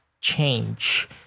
change